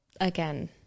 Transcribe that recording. again